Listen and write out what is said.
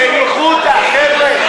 בניחותא, חבר'ה.